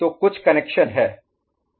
तो कुछ कनेक्शन है